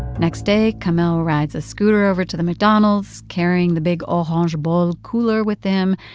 next day, kamel rides a scooter over to the mcdonald's, carrying the big orange bowl cooler with him,